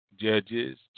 Judges